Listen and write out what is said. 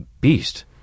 beast